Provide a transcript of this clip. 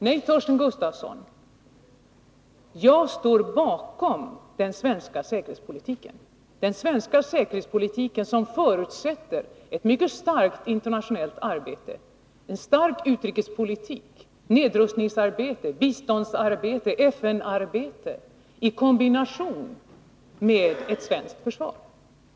Nej, Torsten Gustafsson, jag står bakom den svenska säkerhetspolitiken, den svenska säkerhetspolitik som förutsätter ett mycket starkt internationellt arbete, en stark utrikespolitik, nedrustningsarbete, biståndsarbete, FN arbete — i kombination med ett svenskt försvar.